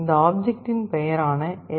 இந்த ஆப்ஜெக்டின் பெயரான எல்